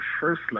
first